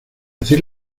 decir